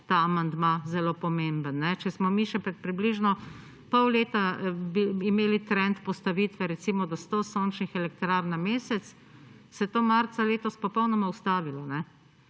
ta amandma zelo pomemben. Če smo mi še pred približno pol leta imeli trend postavitve recimo do sto sončnih elektrarn na mesec, se je to marca letos popolnoma ustavilo